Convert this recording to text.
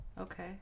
okay